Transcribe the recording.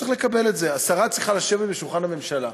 השרה צריכה לשבת ליד שולחן הממשלה.